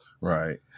Right